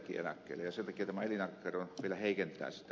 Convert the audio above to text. sen takia tämä elinaikakerroin vielä heikentää sitä